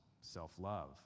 self-love